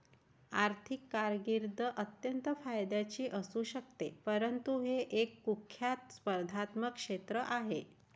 आर्थिक कारकीर्द अत्यंत फायद्याची असू शकते परंतु हे एक कुख्यात स्पर्धात्मक क्षेत्र आहे